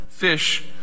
Fish